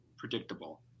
predictable